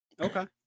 Okay